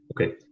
Okay